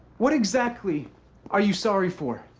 what exactly are you sorry for?